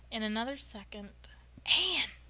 in another second anne!